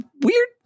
weird